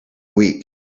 week